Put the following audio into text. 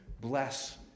Bless